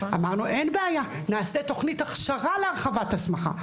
אמרנו אין בעיה, נעשה תכנית הכשרה להרחבת הסמכה.